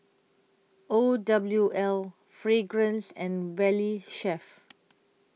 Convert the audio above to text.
O W L Fragrance and Valley Chef